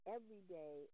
Everyday